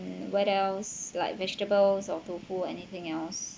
what else like vegetables or tofu anything else